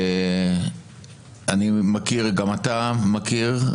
ואני מכיר, גם אתה מכיר: